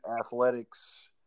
athletics